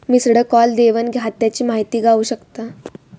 missed call देवन खात्याची माहिती गावू शकता